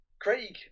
Craig